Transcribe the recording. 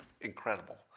incredible